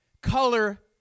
color